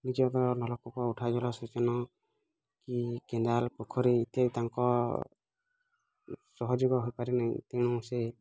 ନିଜ ତ ନଲକୂପ ଉଠା ଜଳସେଚନ କି କେନାଲ୍ ପୋଖରୀ ଇତ୍ୟାଦି ତାଙ୍କ ସହଯୋଗ ହୋଇପାରେ ନାଇଁ ତେଣୁ ସେ